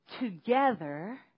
together